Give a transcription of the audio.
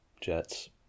Jets